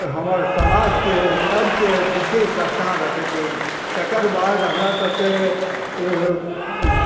हमर समाजके सबसँ विशेष स्थान रखैत अछि तकर बाद हमरा सभके